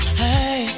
hey